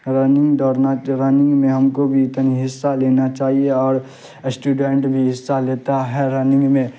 running دوڑنا running میں ہم کو بھی تنک حصہ لینا چاہیے اور اسٹوڈینٹ بھی حصہ لیتا ہے رننگ میں